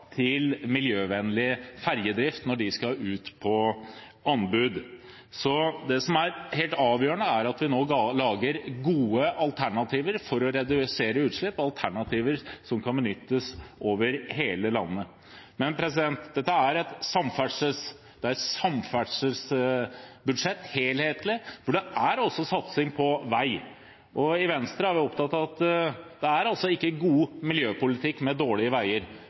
til miljøvennlig ferjedrift når det skal ut på anbud. Det som er helt avgjørende, er at vi nå lager gode alternativer for å redusere utslipp og alternativer som kan benyttes over hele landet. Dette er et helhetlig samferdselsbudsjett, hvor det også er satsing på vei. I Venstre er vi opptatt av at det ikke er god miljøpolitikk med dårlige veier.